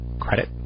credit